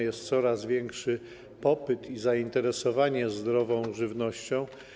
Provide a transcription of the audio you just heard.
Jest coraz większy popyt i zainteresowanie zdrową żywnością.